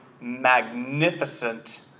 magnificent